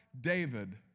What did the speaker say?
David